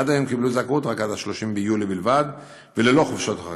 עד היום קיבלו זכאות רק עד 30 ביולי וללא חופשות החגים.